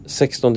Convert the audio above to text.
16